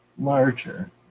larger